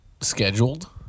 scheduled